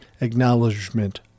acknowledgement